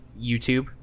youtube